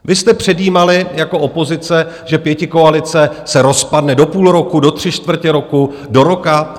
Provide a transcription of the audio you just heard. Vy jste předjímali jako opozice, že pětikoalice se rozpadne do půl roku, do tři čtvrtě roku, do roka.